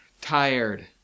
Tired